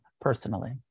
personally